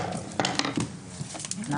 הישיבה ננעלה בשעה 09:34.